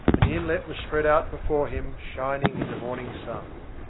and the inlet was spread out before him shining in the morning sun.